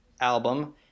album